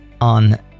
on